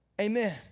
Amen